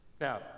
Now